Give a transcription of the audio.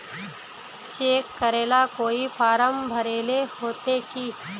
Cheque करेला कोई फारम भरेले होते की?